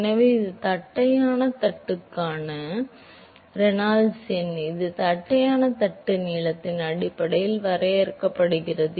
எனவே இது தட்டையான தட்டுக்கான ரெனால்ட்ஸ் எண் இது தட்டையான தட்டின் நீளத்தின் அடிப்படையில் வரையறுக்கப்படுகிறது